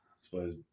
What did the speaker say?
suppose